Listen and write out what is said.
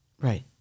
right